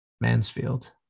Mansfield